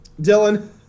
Dylan